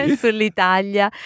sull'Italia